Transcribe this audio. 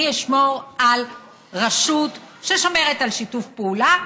אשמור על רשות ששומרת על שיתוף פעולה,